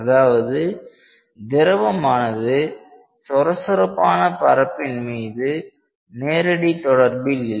அதாவது திரவமானது சொரசொரப்பான பரப்பின் மீது நேரடி தொடர்பில்லை